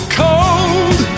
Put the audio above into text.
cold